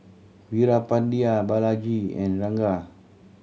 Veerapandiya Balaji and Ranga